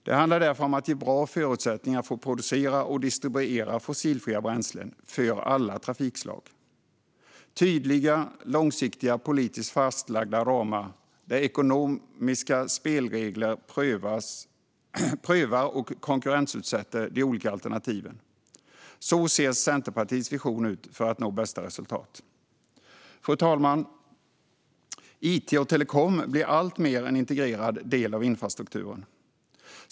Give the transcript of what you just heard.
Det handlar därför om att ge bra förutsättningar för att producera och distribuera fossilfria bränslen för alla trafikslag. Det behövs tydliga och långsiktiga politiskt fastlagda ramar. Ekonomiska spelregler ska pröva och konkurrensutsätta de olika alternativen. Så ser Centerpartiets vision för att nå bästa resultat ut. Fru talman! It och telekom blir alltmer en integrerad del av infrastrukturen.